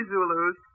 Zulus